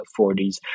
40s